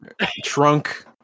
trunk